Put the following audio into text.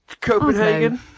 Copenhagen